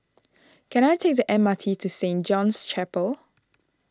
can I take the M R T to Saint John's Chapel